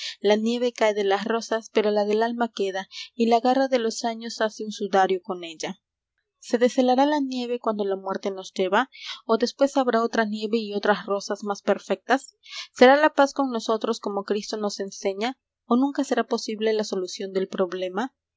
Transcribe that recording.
la del alma queda y la garra de los años hace un sudario con ella se deshelará la nieve cuando la muerte nos lleva o después habrá otra nieve y otras rosas más perfectas será la paz con nosotros como cristo nos enseña o nunca será posible la solución del problema